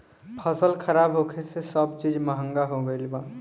फसल खराब होखे से सब चीज महंगा हो गईल बा